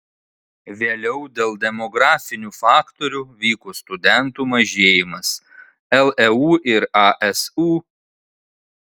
vėliau dėl demografinių faktorių vyko studentų mažėjimas leu ir asu